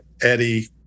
Eddie